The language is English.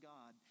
God